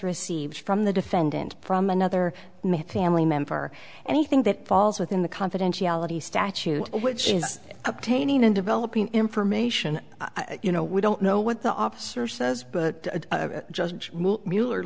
received from the defendant from another family member anything that falls within the confidentiality statute which is obtaining and developing information you know we don't know what the officer says but just m